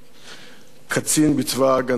קצין בצבא-ההגנה לישראל,